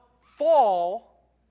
fall